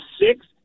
six